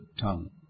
tongue